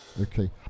Okay